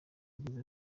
yagize